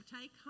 take